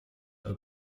are